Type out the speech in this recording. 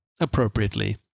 appropriately